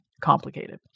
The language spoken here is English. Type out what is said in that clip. complicated